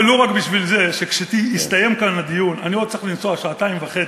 ולו רק בשביל זה שכשיסתיים כאן הדיון אני עוד צריך לנסוע שעתיים וחצי,